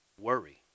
Worry